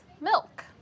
milk